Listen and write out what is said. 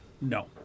No